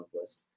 list